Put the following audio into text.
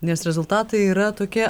nes rezultatai yra tokie